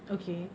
okay